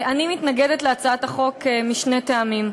אני מתנגדת להצעת החוק משני טעמים.